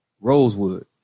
Rosewood